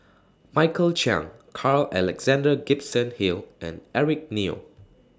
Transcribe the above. Michael Chiang Carl Alexander Gibson Hill and Eric Neo